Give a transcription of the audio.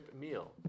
meal